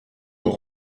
aux